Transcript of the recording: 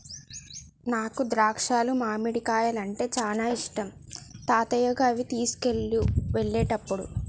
నాకు ద్రాక్షాలు మామిడికాయలు అంటే చానా ఇష్టం తాతయ్యకు అవి తీసుకువెళ్ళు వెళ్ళేటప్పుడు